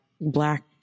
Black